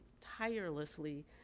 tirelessly